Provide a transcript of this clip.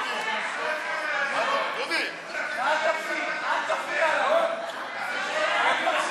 זוהיר, לפחות לנו יש מדינה.